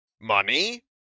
money